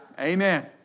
Amen